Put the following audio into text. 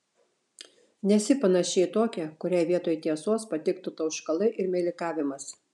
nesi panaši į tokią kuriai vietoj tiesos patiktų tauškalai ir meilikavimas